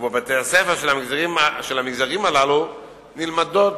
ובבתי-הספר של המגזרים הללו נלמדות